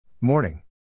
Morning